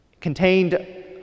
contained